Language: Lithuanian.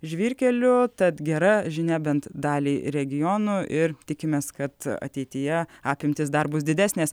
žvyrkelių tad gera žinia bent daliai regionų ir tikimės kad ateityje apimtys dar bus didesnės